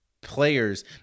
players